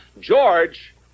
George